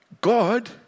God